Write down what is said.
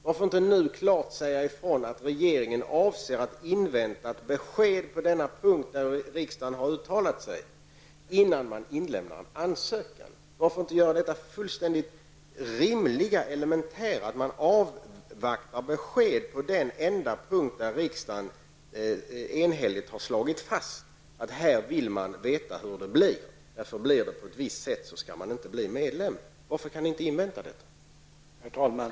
Varför inte klart säga ifrån att regeringen avser att invänta ett besked på den punkt där riksdagen har uttalat sig innan man lämnar in en ansökan? Varför inte göra det fullständigt rimliga och elementära att avvakta besked på den enda punkt där riksdagen enhälligt har slagit fast att man vill veta hur det blir. För blir det på ett visst sätt kan Sverige inte bli medlem. Varför kan vi inte invänta detta besked?